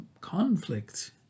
conflict